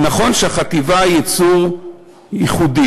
נכון שהחטיבה היא יצור ייחודי.